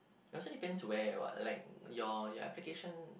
it also depends where what like your your application